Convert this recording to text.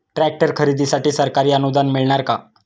Tractor खरेदीसाठी सरकारी अनुदान मिळणार का?